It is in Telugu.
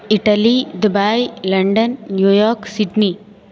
Italy Dubai London New York Sydney